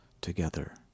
together